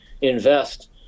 invest